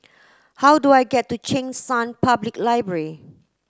how do I get to Cheng San Public Library